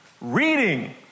reading